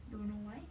don't know why